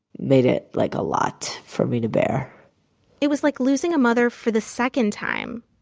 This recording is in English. made it like a lot for me to bear it was like losing a mother for the second time.